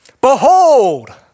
Behold